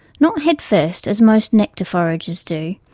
not head-first as most nectar-foragers do,